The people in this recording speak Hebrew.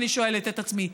אני שואלת את עצמי.